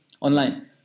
online